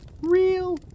real